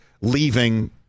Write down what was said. leaving